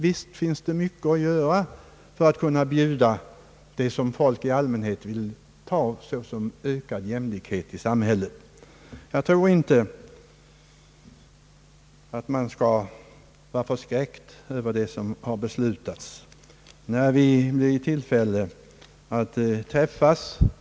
Visst finns det mycket att göra för att vi skall kunna bjuda det som folk i allmänhet vill betrakta som ökad jämlikhet i samhället. Jag tror inte att man skall vara förskräckt över vad som har beslutats.